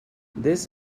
this